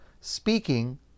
speaking